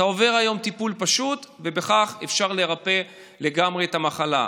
אתה עובר היום טיפול פשוט ובכך אפשר לרפא לגמרי את המחלה.